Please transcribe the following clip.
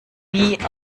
wie